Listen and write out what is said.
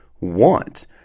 want